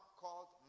called